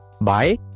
Bye